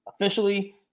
Officially